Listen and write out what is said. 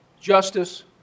Justice